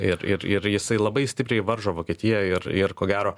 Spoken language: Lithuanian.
ir ir ir jisai labai stipriai varžo vokietiją ir ir ko gero